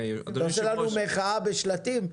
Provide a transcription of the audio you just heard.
מתחילה פה מחאה בשלטים?